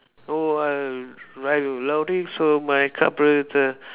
oh I my so my carburettor